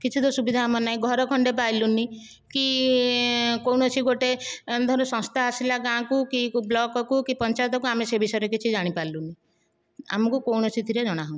କିଛି ତ ସୁବିଧା ଆମର ନାହିଁ ଘର ଖଣ୍ଡେ ପାଇଲୁ ନାହିଁ କି କୌଣସି ଗୋଟେ ଧର ସଂସ୍ଥା ଆସିଲା ଗାଁକୁ କି ବ୍ଲକକୁ କି ପଞ୍ଚାୟତ କୁ ଆମେ ସେ ବିଷୟରେ କିଛି ଜାଣିପାରିଲୁ ନାହିଁ ଆମକୁ କୌଣସିଥିରେ ଜଣା ହେଉ ନାହିଁ